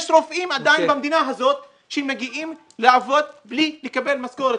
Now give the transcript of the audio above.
יש עדיין רופאים במדינה הזאת שמגיעים לעבוד בלי לקבל משכורת